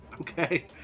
Okay